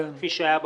כפי שהיה במקור,